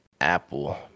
Apple